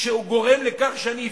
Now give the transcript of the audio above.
שהוא גורם לכך שאני אבכה.